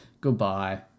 goodbye